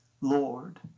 Lord